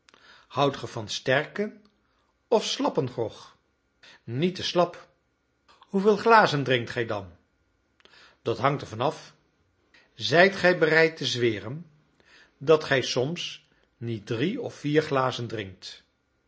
ge van sterken of slappen grog niet te slap hoeveel glazen drinkt gij dan dat hangt ervan af zijt gij bereid te zweren dat gij soms niet drie of vier glazen drinkt